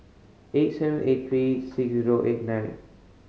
eight seven eight three six zero eight nine